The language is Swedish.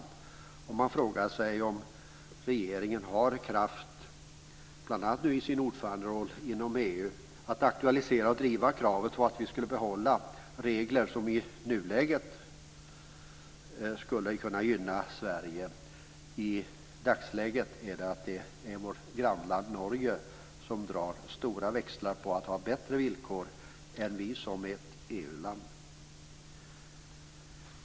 Det som man kan fråga sig är om regeringen bl.a. i kraft av sin ordföranderoll i EU kommer att aktualisera och driva kravet att vi får behålla den tidigare regeln, som gynnade Sverige. I dagsläget drar vårt grannland Norge stora växlar på bättre villkor än vårt land, som är med i EU.